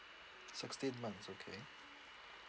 sixteen months okay